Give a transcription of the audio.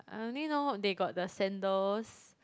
I only know they got the sandals